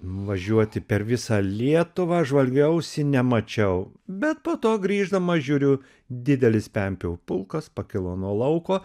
važiuoti per visą lietuvą žvalgiausi nemačiau bet po to grįždama žiūriu didelis pempių pulkas pakilo nuo lauko